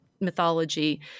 mythology